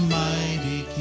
mighty